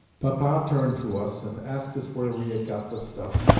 papa turned to us and asked us where we had got the stuff,